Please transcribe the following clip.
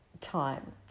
time